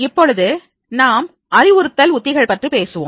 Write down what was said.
இப்பொழுது நாம் அறிவுறுத்தல் உத்திகள் பற்றி பேசுவோம்